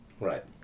Right